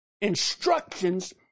instructions